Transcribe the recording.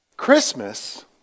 Christmas